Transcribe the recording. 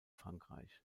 frankreich